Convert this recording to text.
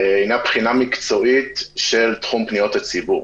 הינה בחינה מקצועית של תחום פניות הציבור,